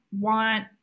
want